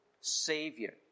savior